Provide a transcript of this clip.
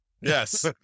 Yes